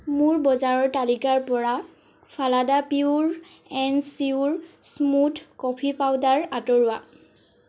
মোৰ বজাৰৰ তালিকাৰ পৰা Falada pure and sure smooth coffee powder আঁতৰোৱা